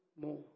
more